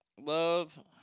Love